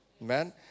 man